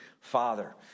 father